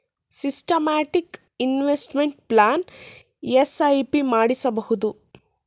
systematic investment plan SIP ಮಾಡಿಸಬಹುದು